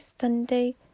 Sunday